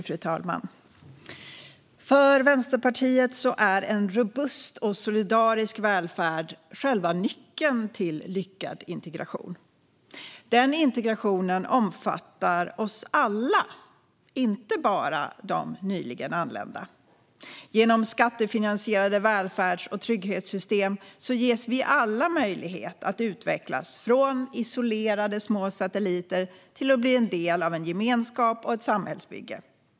Fru talman! För Vänsterpartiet är en robust och solidarisk välfärd själva nyckeln till en lyckad integration. Den integrationen omfattar oss alla, inte bara de nyligen anlända. Genom skattefinansierade välfärds och trygghetssystem ges vi alla möjlighet att utvecklas från isolerade små satelliter till att bli en del av en gemenskap och ett samhällsbygge.